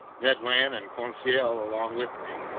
ned land and conseil along with me.